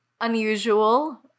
unusual